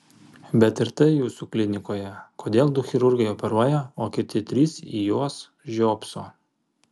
bet ir tai jūsų klinikoje kodėl du chirurgai operuoja o kiti trys į juos žiopso